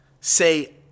say